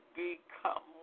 become